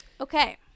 Okay